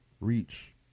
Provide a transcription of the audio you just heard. Reach